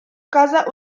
casa